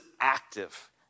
active